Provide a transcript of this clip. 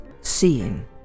seeing